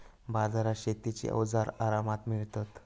बाजारात शेतीची अवजारा आरामात मिळतत